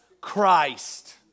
Christ